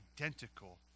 identical